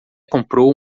comprou